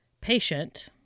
patient